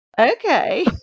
okay